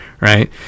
right